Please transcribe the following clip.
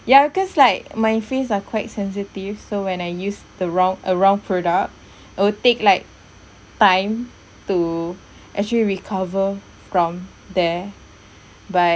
ya cause like my face are quite sensitive so when I use the wrong a wrong product it will take like time to actually recover from there but